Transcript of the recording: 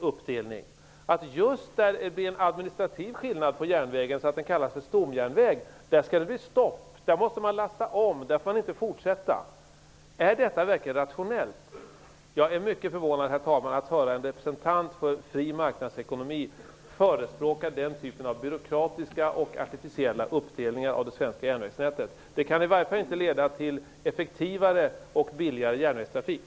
Just där det blir en administrativ skillnad, så att järnvägen kallas för stomjärnväg, skall det bli stopp. Där måste man lasta om och får inte fortsätta. Är detta verkligen rationellt? Jag är mycket förvånad, herr talman, att höra en representant för fri marknadsekonomi förespråka denna typ av byråkratiska och artificiella uppdelningar av det svenska järnvägsnätet. Det kan i varje fall inte leda till effektivare och billigare järnvägstrafik.